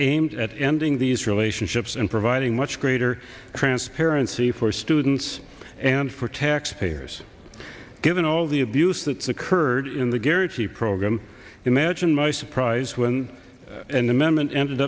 aimed at ending these relationships and providing much greater transparency for students and for taxpayers given all the abuse that occurred in the garrity program imagine my surprise when an amendment ended